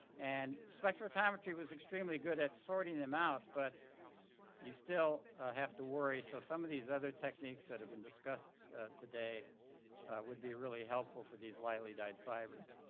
and spectrophotometry was extremely good at sorting the out but you still have to worry. so some of these other techniques that have been discussed today would be really helpful for these lightly dyed fibers.